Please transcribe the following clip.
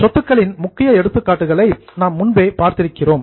சொத்துக்களின் முக்கிய எடுத்துக்காட்டுகளை நாம் முன்பே பார்த்திருக்கிறோம்